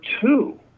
two